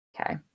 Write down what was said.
Okay